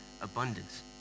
abundance